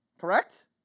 Correct